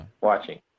watching